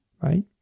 Right